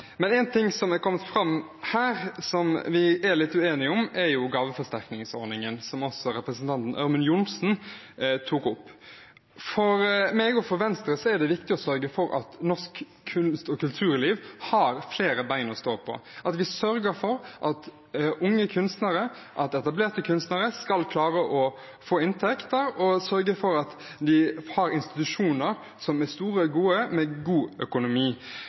Men noe som har kommet fram her, og som vi er litt uenige om, er gaveforsterkningsordningen, som også representanten Ørmen Johnsen snakket om. For meg og Venstre er det viktig å sørge for at norsk kunst- og kulturliv har flere bein å stå på, at vi sørger for at både unge og etablerte kunstnere skal klare å få inntekter, og at de har institusjoner som er store og gode, og med god økonomi.